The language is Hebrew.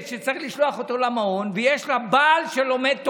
וצריך לשלוח אותו למעון ויש לה בעל שלומד תורה,